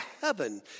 heaven